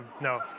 No